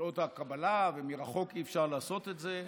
שעות הקבלה, ומרחוק אי-אפשר לעשות את זה.